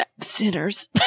sinners